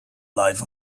life